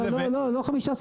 לא, ממש לא 15 מיליון.